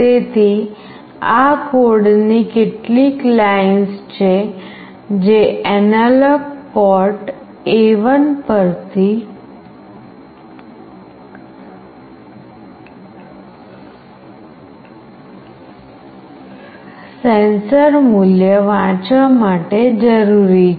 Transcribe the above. તેથી આ કોડની કેટલીક લાઇન્સ છે જે એનાલોગ પોર્ટ A1 પરથી સેન્સર મૂલ્ય વાંચવા માટે જરૂરી છે